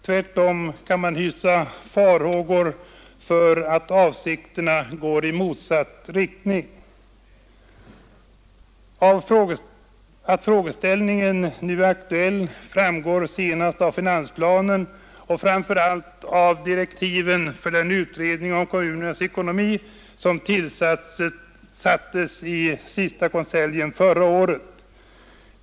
Tvärtom kan man hysa farhågor för att avsikterna går i motsatt riktning. Att frågeställningen är aktuell framgår senast av finansplanen och framför allt av direktiven till den utredning om kommunernas ekonomi som tillsattes i sista konseljen förra året.